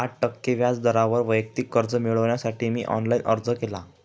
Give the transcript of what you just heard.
आठ टक्के व्याज दरावर वैयक्तिक कर्ज मिळविण्यासाठी मी ऑनलाइन अर्ज केला